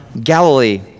Galilee